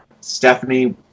Stephanie